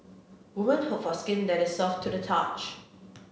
woman hope for skin that is soft to the touch